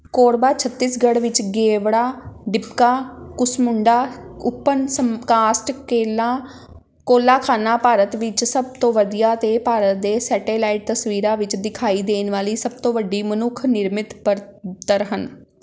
ਕੋਰਬਾ ਛੱਤੀਸਗੜ੍ਹ ਵਿੱਚ ਗੇਵਰਾ ਡਿਪਕਾ ਕੁਸਮੁੰਡਾ ਉੱਪਨ ਸਮ ਕਾਸਟ ਕੇਲਾ ਕੋਲਾ ਖਾਣਾਂ ਭਾਰਤ ਵਿੱਚ ਸਭ ਤੋਂ ਵੱਡੀਆਂ ਅਤੇ ਭਾਰਤ ਦੇ ਸੈਟੇਲਾਈਟ ਤਸਵੀਰਾਂ ਵਿੱਚ ਦਿਖਾਈ ਦੇਣ ਵਾਲੀ ਸਭ ਤੋਂ ਵੱਡੀ ਮਨੁੱਖ ਨਿਰਮਿਤ ਬਣਤਰਰ ਹਨ